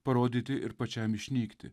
parodyti ir pačiam išnykti